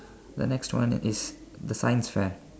the next one is the science fair